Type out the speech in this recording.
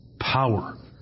power